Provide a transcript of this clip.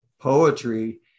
poetry